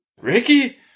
Ricky